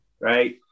right